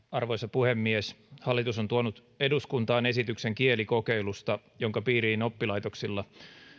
arvoisa puhemies hallitus on tuonut eduskuntaan esityksen kielikokeilusta jonka piiriin oppilaitoksilla